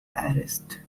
arrest